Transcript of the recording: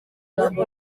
ati